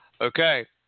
Okay